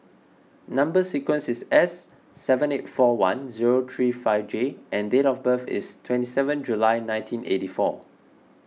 Number Sequence is S seven eight four one zero three five J and date of birth is twenty seventh July nineteen eighty four